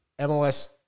MLS